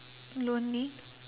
lonely